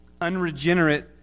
Unregenerate